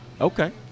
Okay